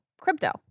crypto